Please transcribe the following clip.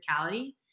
physicality